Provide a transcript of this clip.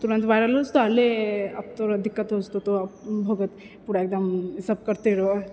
तुरन्त वायरल हो जेतौ आओर ले आब तोरा दिक्कत भए जेतौ पूरा एकदम ई सब करिते हुए